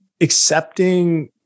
accepting